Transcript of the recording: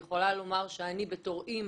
אני יכולה לומר שאני בתור אמא,